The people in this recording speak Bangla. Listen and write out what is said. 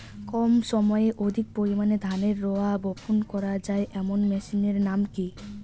কম সময়ে অধিক পরিমাণে ধানের রোয়া বপন করা য়ায় এমন মেশিনের নাম কি?